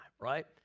right